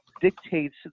dictates